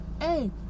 hey